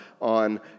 on